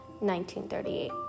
1938